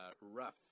rough